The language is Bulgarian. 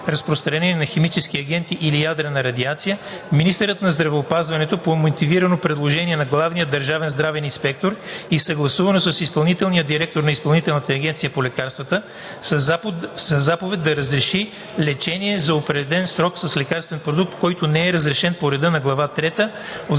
разпространение на химически агенти или ядрена радиация, министърът на здравеопазването по мотивирано предложение на главния държавен здравен инспектор и съгласувано с изпълнителния директор на Изпълнителната агенция по лекарствата със заповед да разреши лечение за определен срок с лекарствен продукт, който не е разрешен по реда на глава трета от